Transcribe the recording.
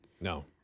No